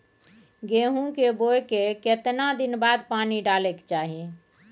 गेहूं के बोय के केतना दिन बाद पानी डालय के चाही?